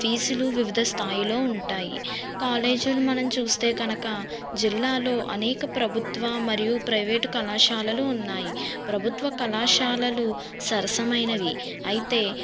ఫీజులు వివిధ స్థాయిలో ఉంటాయి కాలేజులు మనం చూస్తే కనుక జిల్లాలో అనేక ప్రభుత్వ మరియు ప్రైవేట్ కళాశాలలు ఉన్నాయి ప్రభుత్వ కళాశాలలు సరసమైనవి అయితే